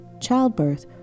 childbirth